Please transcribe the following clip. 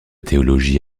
théologie